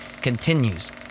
continues